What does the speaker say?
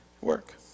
work